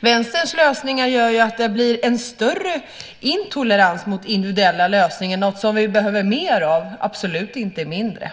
Vänsterns lösningar gör att det blir en större intolerans mot individuella lösningar, något som vi behöver mer av, absolut inte mindre.